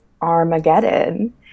Armageddon